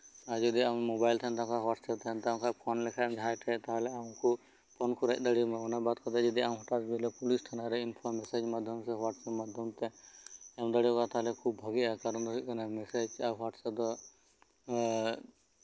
ᱟᱨ ᱡᱩᱫᱤ ᱟᱢ ᱢᱳᱵᱟᱭᱤᱞ ᱛᱟᱦᱮᱱ ᱛᱟᱢ ᱠᱷᱟᱱ ᱦᱳᱣᱟᱴᱥᱮᱯ ᱛᱟᱦᱮᱸᱱ ᱛᱟᱢ ᱠᱷᱟᱱ ᱟᱨ ᱯᱷᱳᱱ ᱞᱮᱠᱷᱟᱱ ᱡᱟᱦᱟᱸᱭ ᱴᱷᱮᱱ ᱩᱱᱠᱩ ᱯᱷᱳᱱ ᱠᱚ ᱨᱮᱡ ᱫᱟᱲᱮᱣᱟᱢᱟ ᱚᱱᱟ ᱵᱟᱝ ᱠᱟᱛᱮ ᱟᱢ ᱡᱩᱫᱤ ᱦᱚᱴᱟᱴ ᱯᱩᱞᱤᱥ ᱛᱷᱟᱱᱟᱨᱮ ᱤᱱᱯᱷᱚᱨᱢ ᱦᱳᱣᱟᱴᱭᱮᱯ ᱢᱟᱫᱽᱫᱷᱚᱢ ᱛᱮ ᱵᱟᱲᱟᱭ ᱦᱚᱪᱚ ᱫᱟᱲᱮᱭᱟᱠᱚᱣᱟ ᱛᱟᱞᱦᱮ ᱠᱷᱟᱱ ᱫᱚ ᱠᱷᱩᱵ ᱵᱷᱟᱜᱤᱜᱼᱟ ᱪᱮᱫᱟᱜ ᱥᱮ ᱦᱳᱣᱟᱴᱥᱮᱯ ᱫᱚ